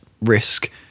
risk